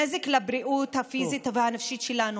נזק לבריאות הפיזית והנפשית שלנו,